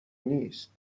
نیست